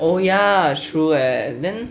oh ya true eh then